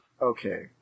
Okay